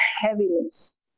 heaviness